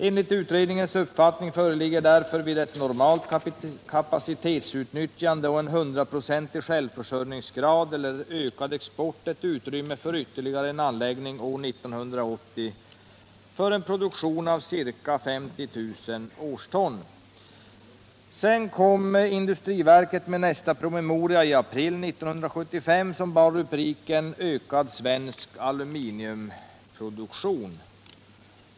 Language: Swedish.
Enligt utredningens uppfattning föreligger därför vid ett normalt kapacitetsutnyttjande och en 100-procentig självförsörjningsgrad eller ökad export ett utrymme för ytterligare en anläggning år 1980 och en produktion av ca 50 000 årston.” Sedan kom industriverket med nästa promemoria i april 1975. Den bar rubriken Ökad svensk aluminiumproduktion.